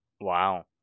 Wow